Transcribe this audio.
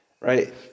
right